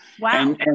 Wow